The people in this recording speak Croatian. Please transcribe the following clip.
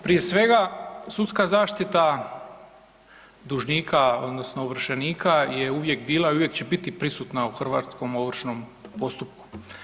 Prije svega, sudska zaštita dužnika odnosno ovršenika je uvijek bila i uvijek će biti prisutna u hrvatskom ovršnom postupku.